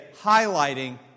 highlighting